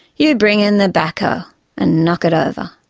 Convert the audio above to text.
you bring in the backhoe and knock it over.